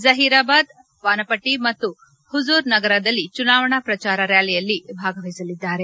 ಜಹೀರ್ಬಾದ್ ವಾನಪಟ್ಟಿ ಮತ್ತು ಹೂಜುರ್ನಗರದಲ್ಲಿ ಚುನಾವಣೆ ಪ್ರಚಾರ ರ್ನಾಲಿಯಲ್ಲಿ ಭಾಗವಹಿಸಲಿದ್ದಾರೆ